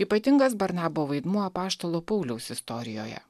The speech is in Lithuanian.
ypatingas barnabo vaidmuo apaštalo pauliaus istorijoje